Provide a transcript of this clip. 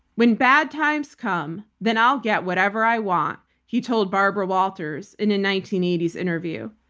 when bad times come, then i'll get whatever i want he told barbara walters in a nineteen eighty s interview.